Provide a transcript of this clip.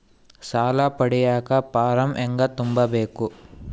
ಸಾಲ ಪಡಿಯಕ ಫಾರಂ ಹೆಂಗ ತುಂಬಬೇಕು?